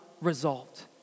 result